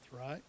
right